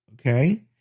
okay